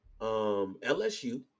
LSU